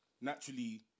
naturally